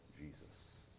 Jesus